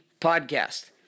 podcast